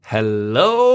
Hello